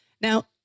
Now